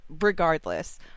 regardless